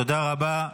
תודה רבה.